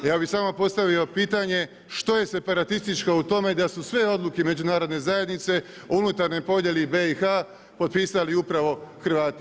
Ja bi samo postavio pitanje što je separatističko u tome da su sve odluke međunarodne zajednice, unutarnje podijeli BIH potpisali upravo Hrvati.